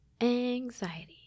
Anxiety